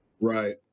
Right